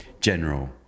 general